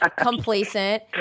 complacent